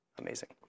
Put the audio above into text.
amazing